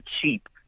cheap